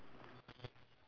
ya something like green